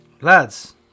Lads